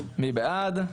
מי בעד?